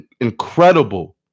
incredible